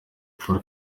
paul